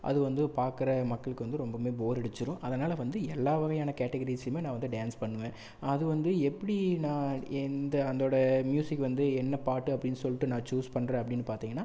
அது வந்து பார்க்குற மக்களுக்கு வந்து ரொம்பவுமே போர் அடிச்சிடும் அதனால் வந்து எல்லா வகையான கேட்டகிரீஸுமே நான் வந்து டான்ஸ் பண்ணுவேன் அது வந்து எப்படி நான் இந்த அதோடய மியூசிக் வந்து என்ன பாட்டு அப்படின்னு சொல்லிட்டு நான் சூஸ் பண்ணுறேன் அப்படின்னு பார்த்தீங்கன்னா